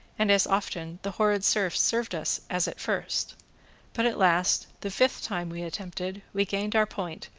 and as often the horrid surfs served us as at first but at last, the fifth time we attempted, we gained our point,